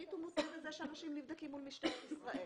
שנית הוא מותנה בזה שאנשים נבדקים מול משטרת ישראל.